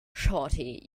shawty